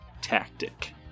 tactic